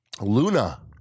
Luna